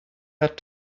had